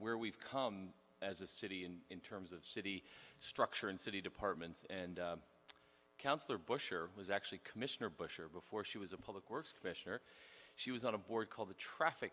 where we've come as a city and in terms of city structure and city departments and council or bush or was actually commission or bush or before she was a public works question or she was on a board called the traffic